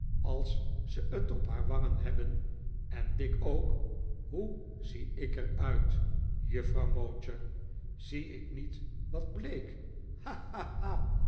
als ze t op haar wangen hebben en dik ook hoe zie ik er uit juffrouw mowcher zie ik niet wat bleek